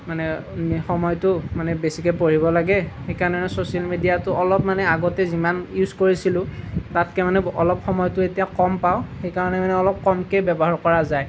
মানে সময়টো মানে বেছিকৈ পঢ়িব লাগে সেইকাৰণে মানে ছ'চিয়েল মিডিয়াটো অলপ মানে আগতে যিমান ইউজ কৰিছিলোঁ তাতকে মানে অলপ সময়টো এতিয়া কম পাওঁ সেইকাৰণে মানে অলপ কমকৈ ব্যৱহাৰ কৰা যায়